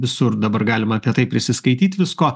visur dabar galima apie tai prisiskaityt visko